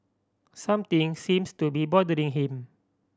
something seems to be bothering him